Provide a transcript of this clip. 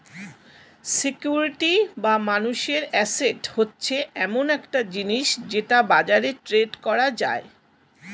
security বা মানুষের asset হচ্ছে এমন একটা জিনিস যেটা বাজারে ট্রেড করা যায়